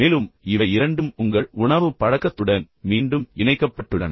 மேலும் இவை இரண்டும் உங்கள் உணவுப் பழக்கத்துடன் மீண்டும் இணைக்கப்பட்டுள்ளன